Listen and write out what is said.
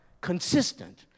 consistent